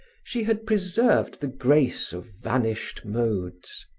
she had preserved the grace of vanished modes.